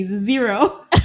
zero